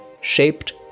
shaped